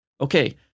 Okay